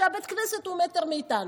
כשבית הכנסת הוא מטר מאיתנו.